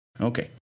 Okay